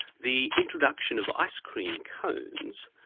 the introduction of ice-cream cones,